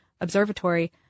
Observatory